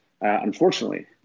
unfortunately